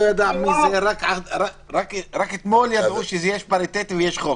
רק אתמול ידעו שיש פריטטי ויש חוק?